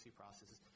processes